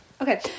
okay